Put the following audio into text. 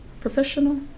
professional